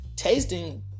tasting